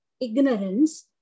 ignorance